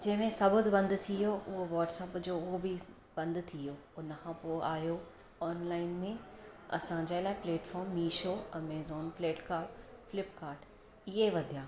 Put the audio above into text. जंहिंमें सभु बंदि थी वियो उहो व्हाट्सअप जो उहो बि बंदि थी वियो उनखां पोइ आयो ऑनलाइन में असांजा लाइ मीशो अमेझॉन फ्लेटकार्ट फ्लिपकार्ट इहे वधिया